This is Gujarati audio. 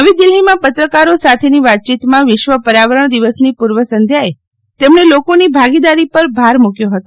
નવી દીલ્હીમાં પત્રકારો સાથેની વાતચીતમાં વિશ્વ પર્યાવરણ દિવસની પૂર્વ સંધ્યાએ તેમણે લોકોની ભાગીદારી પર ભાર મૂક્યો હતો